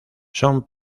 son